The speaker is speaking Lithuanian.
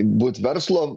būt verslo